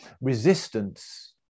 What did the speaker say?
Resistance